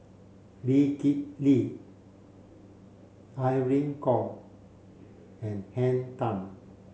Lee Kip Lee Irene Khong and Henn Tan